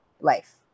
life